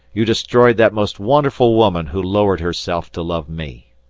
you destroyed that most wonderful woman who lowered herself to love me.